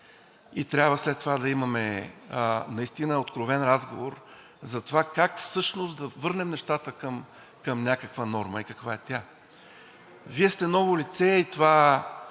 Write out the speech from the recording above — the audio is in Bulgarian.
И трябва след това да имаме наистина откровен разговор за това как всъщност да върнем нещата към някаква норма и каква е тя. Вие сте ново лице и това